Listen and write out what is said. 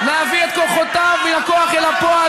להביא את כוחותיו מן הכוח אל הפועל,